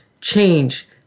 change